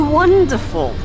wonderful